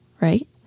right